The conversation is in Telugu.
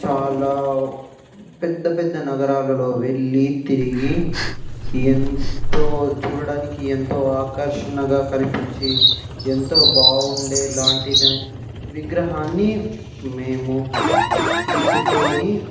చాలా పెద్ద పెద్ద నగరాలలో వెళ్లి తిరిగి ఎంతో చూడడానికి ఎంతో ఆకర్షణగా కనిపించి ఎంతో బాగుండే లాంటిది విగ్రహాన్ని మేము తీసుకొని